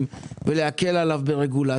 אם בכלל.